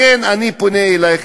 לכן אני פונה אלייך,